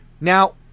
Now